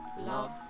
Love